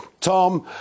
Tom